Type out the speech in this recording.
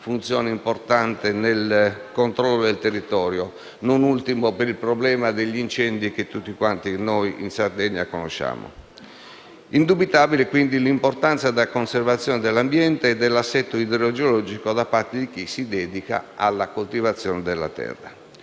funzione importante nel controllo del territorio, non ultimo per il problema degli incendi che tutti quanti noi in Sardegna conosciamo. Indubitabile quindi l'importanza della conservazione dell'ambiente e dell'assetto idrogeologico da parte di chi si dedica alla coltivazione della terra.